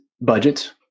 budgets